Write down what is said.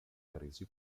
crisi